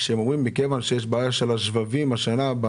שהם אומרים שמכיוון שיש בעיה של השבבים ברכב,